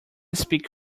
speak